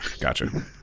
gotcha